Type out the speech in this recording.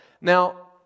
Now